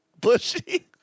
bushy